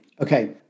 Okay